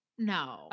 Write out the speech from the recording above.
No